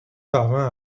parvint